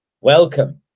Welcome